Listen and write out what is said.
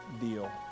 deal